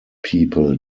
people